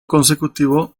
consecutivo